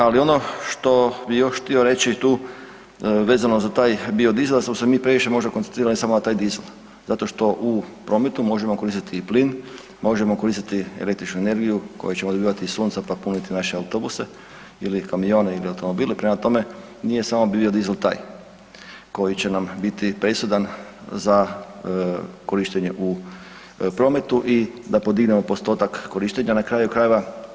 Ali ono što bi još htio reći tu vezano za taj biodizel da smo se mi previše možda koncentrirali samo na taj dizel zato što u prometu možemo koristiti i plin, možemo koristiti električnu energiju koju ćemo dobivati iz sunca, pa puniti naše autobuse ili kamione ili automobile, prema tome nije samo biodizel taj koji će nam biti presudan za korištenje u prometu i da podignemo postotak korištenja na kraju krajeva.